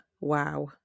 wow